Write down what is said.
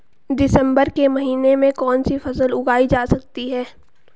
दिसम्बर के महीने में कौन सी फसल उगाई जा सकती है?